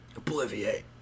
Obliviate